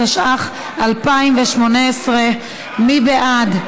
התשע"ח 2018. מי בעד?